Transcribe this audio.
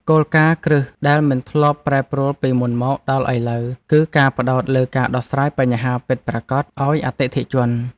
គោលការណ៍គ្រឹះដែលមិនធ្លាប់ប្រែប្រួលពីមុនមកដល់ឥឡូវ គឺការផ្ដោតលើការដោះស្រាយបញ្ហាពិតប្រាកដឱ្យអតិថិជន។